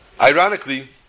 Ironically